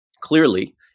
clearly